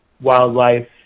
wildlife